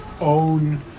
own